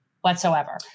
whatsoever